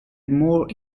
more